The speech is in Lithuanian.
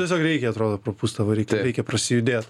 tiesiog reikia atrodo prapūst tą variklį reikia prasijudėt